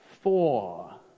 Four